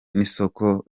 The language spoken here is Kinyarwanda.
n’isoko